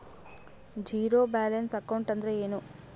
Zero balance account ಅಂದ್ರ ಏನು?